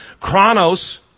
Chronos